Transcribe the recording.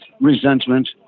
resentment